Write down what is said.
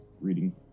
reading